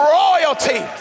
royalty